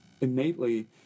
innately